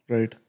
Right